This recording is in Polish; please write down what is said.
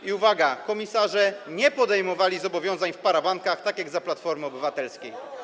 I uwaga: komisarze nie podejmowali zobowiązań w parabankach, tak jak za Platformy Obywatelskiej.